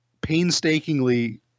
painstakingly